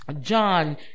John